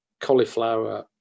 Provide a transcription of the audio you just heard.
cauliflower